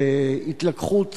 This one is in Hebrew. והתלקחות צפויה,